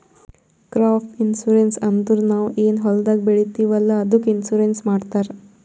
crop insurance ಅಂದುರ್ ನಾವ್ ಏನ್ ಹೊಲ್ದಾಗ್ ಬೆಳಿತೀವಿ ಅಲ್ಲಾ ಅದ್ದುಕ್ ಇನ್ಸೂರೆನ್ಸ್ ಮಾಡ್ತಾರ್